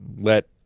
let